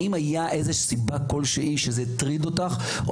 האם זה הטריד אותך באיזה שהוא אופן גם אז?